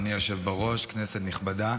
אדוני היושב בראש, כנסת נכבדה,